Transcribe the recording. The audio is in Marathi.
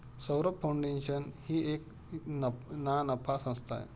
सौरभ फाऊंडेशन ही एक ना नफा संस्था आहे